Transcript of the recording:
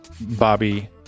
Bobby